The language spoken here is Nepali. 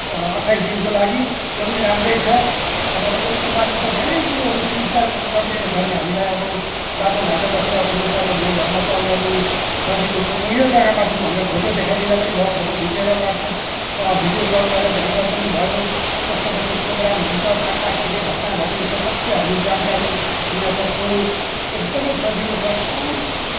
अट्ठाइस दिनको लागि त्यो पनि राम्रै छ अब अहिलेको मोबाइलले त धेरै कुरोहरू सुविस्ता गरिदिएको छ नि हामीलाई अब बाटोघाटोमा केही अप्ठ्यारो पर्यो भने घरमा कल गर्नु सजिलो छ म यो जग्गामा छु भनेर फोटो देखाइदिँदा पनि भयो फोटो खिचेर वाट्सएप भिडियो कल गरेर देखाउँदा पनि भयो कस्तो कस्तो प्रोग्राम हुन्छ कहाँ कहाँ के के घटना घटेको छ सबै हामीले जानकारी लिनसक्छौँ एकदमै सजिलो छ बहुत